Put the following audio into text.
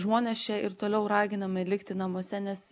žmonės čia ir toliau raginami likti namuose nes